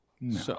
No